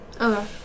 Okay